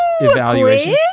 evaluation